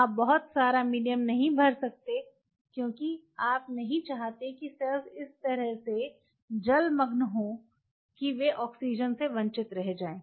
आप बहुत सारा मीडियम नहीं भर सकते क्योंकि आप नहीं चाहते कि सेल्स इस तरह से जलमग्न हों कि वे ऑक्सीजन से वंचित रह जाएँ